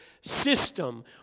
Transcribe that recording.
system